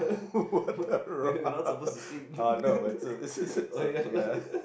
what the rock uh no it's uh it's it's uh ya